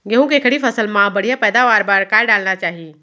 गेहूँ के खड़ी फसल मा बढ़िया पैदावार बर का डालना चाही?